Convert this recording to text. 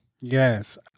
Yes